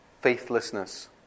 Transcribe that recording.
faithlessness